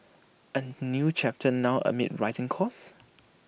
A new chapter now amid rising costs